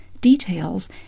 Details